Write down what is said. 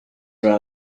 are